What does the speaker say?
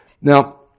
Now